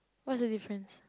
what's the difference